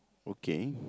okay